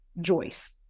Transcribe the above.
Joyce